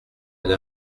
elle